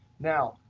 now,